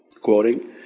quoting